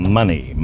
money